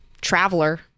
traveler